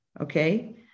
Okay